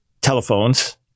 telephones